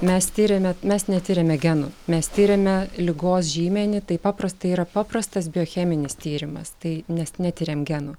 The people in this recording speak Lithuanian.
mes tiriame mes netiriame genų mes tiriame ligos žymenį tai paprastai yra paprastas biocheminis tyrimas tai nes netiriam genų